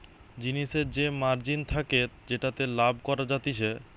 জিনিসের যে মার্জিন থাকে যেটাতে লাভ করা যাতিছে